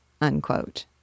unquote